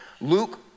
Luke